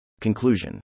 Conclusion